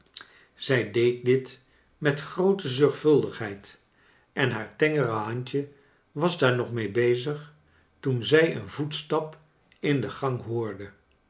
zij deed dit met groote zorgvuldigheid en haar tengere handje was daar nog mee bezig toen zij een voetstap in de gang hoorde